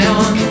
on